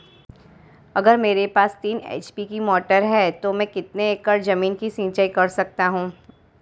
अगर मेरे पास तीन एच.पी की मोटर है तो मैं कितने एकड़ ज़मीन की सिंचाई कर सकता हूँ?